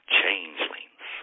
changelings